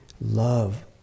love